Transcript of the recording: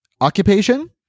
occupation